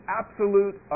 absolute